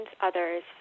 others